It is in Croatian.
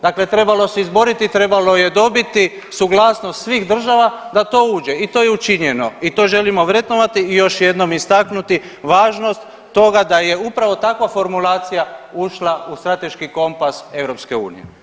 Dakle, trebalo se izboriti, trebalo je dobiti suglasnost svih država da to uđe i to je učinjeno i to želimo vrednovati i još jednom istaknuti važnost toga da je upravo takva formulacija ušla u strateški kompas EU.